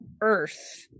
Earth